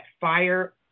Fire